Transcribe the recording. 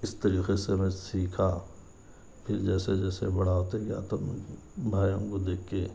اِس طریقے سے میں سیکھا پھر جیسے جیسے بڑا ہوتے گیا تب بھائیوں کو دیکھ کے